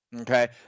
Okay